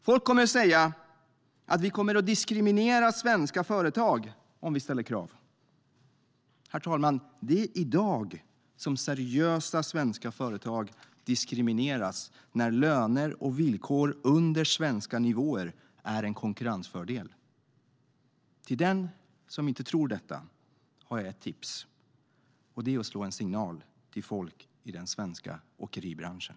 Folk kommer att säga att vi kommer att diskriminera svenska företag om vi ställer krav. Herr talman! Det är i dag som seriösa svenska företag diskrimineras när löner och villkor under svenska nivåer är en konkurrensfördel. Till den som inte tror detta har jag ett tips. Det är att slå en signal till folk i den svenska åkeribranschen.